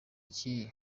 iki